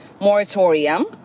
moratorium